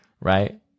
right